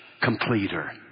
Completer